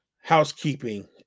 housekeeping